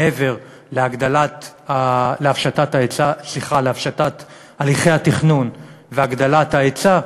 מעבר להפשטת הליכי התכנון והגדלת ההיצע,